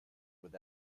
would